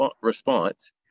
response